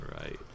right